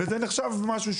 וזה נחשב משהו,